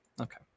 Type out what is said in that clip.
Okay